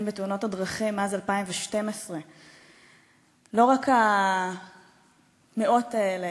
בתאונות דרכים מאז 2012. לא רק המאות האלה,